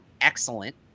excellent